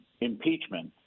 impeachment